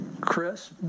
Chris